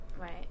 Right